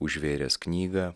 užvėręs knygą